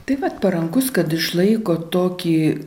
taip vat parankus išlaiko tokį